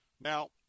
Now